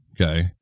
okay